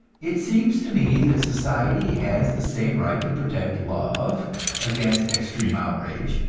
it seems to me that society has the same right to protect love against extreme outrage,